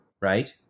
right